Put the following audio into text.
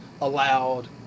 allowed